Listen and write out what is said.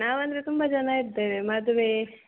ನಾವಂದರೆ ತುಂಬ ಜನ ಇದ್ದೇವೆ ಮದುವೆ